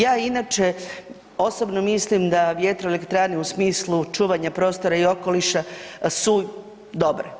Ja inače osobno mislim da vjetroelektrane u smislu čuvanja prostora i okoliša su dobre.